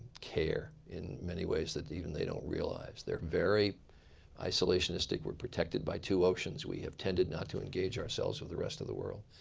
care in many ways that even they don't realize. they're very isolationistic. we're protected by two oceans. we have tended not to engage ourselves with the rest of the world.